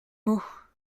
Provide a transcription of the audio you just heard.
mots